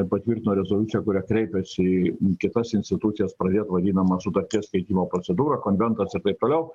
patvirtino rezoliuciją kuria kreipėsi į kitas institucijas pradėt vadinamą sutarties keitimo procedūrą konventas ir taip toliau